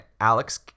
Alex